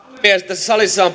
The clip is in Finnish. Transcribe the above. tässä salissa on